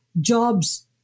jobs